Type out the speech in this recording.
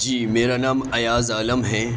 جی میرا نام ایاز عالم ہے